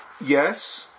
Yes